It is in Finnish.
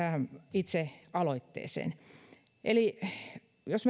itse aloitteeseen eli jos